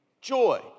joy